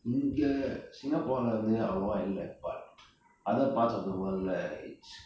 இங்க:inga singapore வந்து அவ்வளவா இல்ல:vanthu avvalavaa illa but other parts of the world it's